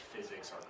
physics